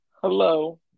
Hello